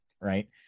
right